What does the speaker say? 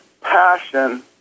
passion